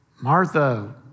Martha